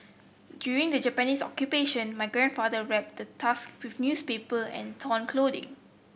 during the Japanese Occupation my grandfather wrapped the tusk with newspaper and torn clothing